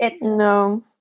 No